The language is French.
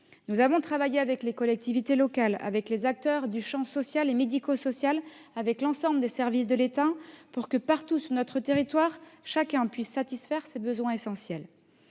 Nous avons travaillé avec les collectivités locales, avec les acteurs du champ social et médico-social, avec l'ensemble des services de l'État pour que, partout sur notre territoire, chacun puisse voir ses besoins essentiels